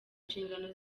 inshingano